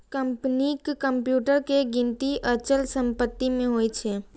कंपनीक कंप्यूटर के गिनती अचल संपत्ति मे होइ छै